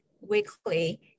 weekly